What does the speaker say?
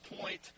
point